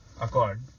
accord